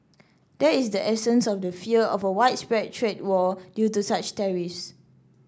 that is the essence of the fear of a widespread trade war due to such tariffs